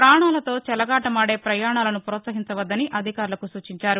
ప్రాణాలతో చెలగాటమాదే ప్రయాణాలను ప్రోత్సహించవద్దని అధికారులకు సూచించారు